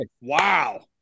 wow